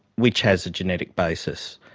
which has a genetic basis,